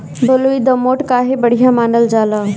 बलुई दोमट काहे बढ़िया मानल जाला?